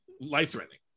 life-threatening